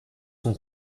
son